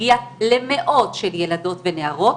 הגיע למאות ילדות ונערות.